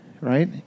right